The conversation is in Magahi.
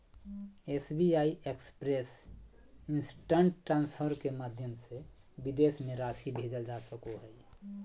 एस.बी.आई एक्सप्रेस इन्स्टन्ट ट्रान्सफर के माध्यम से विदेश में राशि भेजल जा सको हइ